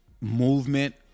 movement